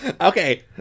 Okay